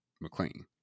McLean